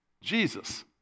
Jesus